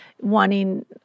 wanting